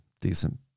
decent